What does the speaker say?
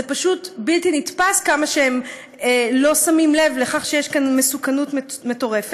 זה פשוט בלתי נתפס כמה שהם לא שמים לב לכך שיש כאן מסוכנות מטורפת.